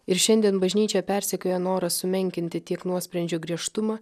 ir šiandien bažnyčia persekioja noras sumenkinti tiek nuosprendžio griežtumą